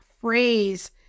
phrase